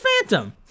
Phantom